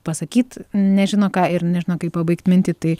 pasakyt nežino ką ir nežino kaip pabaigt mintį tai